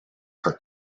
are